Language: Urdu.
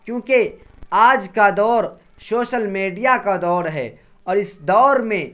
کیونکہ آج کا دور سوشل میڈیا کا دور ہے اور اس دور میں